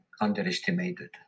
underestimated